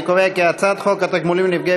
אני קובע כי הצעת חוק התגמולים לנפגעי